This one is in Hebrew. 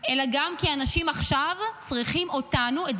אלא גם כי אנשים צריכים אותנו עכשיו,